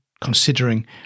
considering